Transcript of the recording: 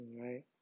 right